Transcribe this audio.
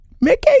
Mickey